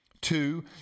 Two